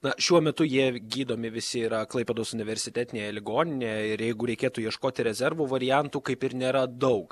na šiuo metu jie gydomi visi yra klaipėdos universitetinėje ligoninėje ir jeigu reikėtų ieškoti rezervų variantų kaip ir nėra daug